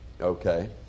Okay